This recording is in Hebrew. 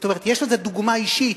זאת אומרת, יש לזה דוגמה אישית,